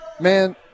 Man